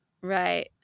right